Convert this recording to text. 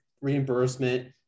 reimbursement